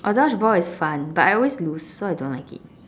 oh dodgeball is fun but I always lose so I don't like it